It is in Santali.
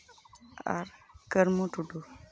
ᱟᱨ ᱠᱟᱹᱨᱢᱩ ᱴᱩᱰᱩ